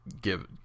give